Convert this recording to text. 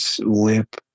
lip